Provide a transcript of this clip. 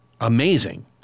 amazing